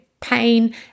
pain